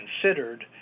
considered